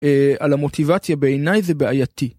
על המוטיבציה בעיני זה בעייתי.